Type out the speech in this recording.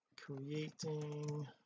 creating